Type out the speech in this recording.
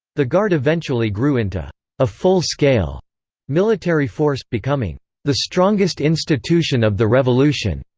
the guard eventually grew into a full-scale military force, becoming the strongest institution of the revolution.